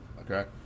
okay